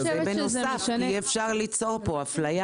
בנוסף אי אפשר ליצור כאן אפליה